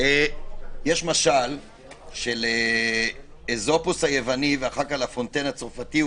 משל של איזופוס היווני ואחר כך לה פונטיין הצרפתי,